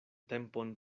tempon